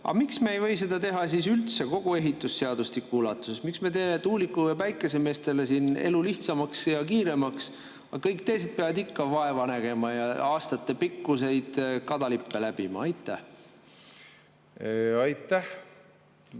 Aga miks me ei või seda teha siis üldse kogu ehitusseadustiku ulatuses? Miks me teeme tuuliku- või päikesemeestele elu lihtsamaks ja kiiremaks, aga kõik teised peavad ikka vaeva nägema ja aastatepikkuseid kadalippe läbima? Aitäh,